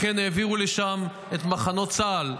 לכן העבירו לשם את מחנות צה"ל,